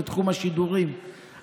ותחום השידורים.